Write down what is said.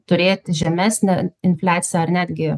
turėti žemesnę infliaciją ar netgi